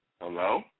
Hello